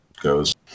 goes